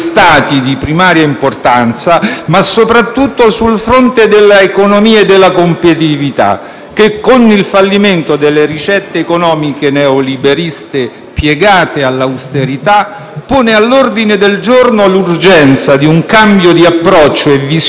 che con il fallimento delle ricette economiche neoliberiste, piegate all'austerità, pone all'ordine del giorno l'urgenza di un cambio di approccio e visione sugli andamenti dell'economia mai come oggi bisognosa di politiche espansive